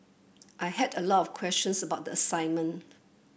I had a lot of questions about the assignment